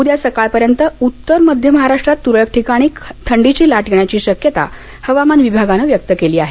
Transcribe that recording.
उद्या सकाळ पर्यंत उत्तर मध्य महाराष्ट्रात तुरळक ठिकाणी थंडीची लाट येण्याची शक्यता हवामान विभागानं व्यक्त केली आहे